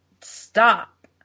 Stop